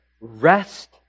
rest